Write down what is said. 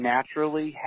naturally